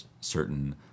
certain